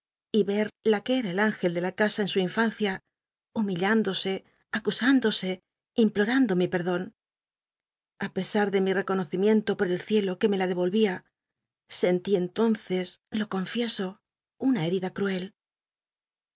y re la que era el ingcl de la casa en mi infancia humilhin losc acusündosc imploando mi pcnlon a pc n de mi cconocimient o por el cielo uc me la dc olvia scnlí cnlonccs lo confieso una herida cruel